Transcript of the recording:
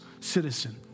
citizen